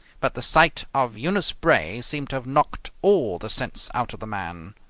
but the sight of eunice bray seemed to have knocked all the sense out of the man.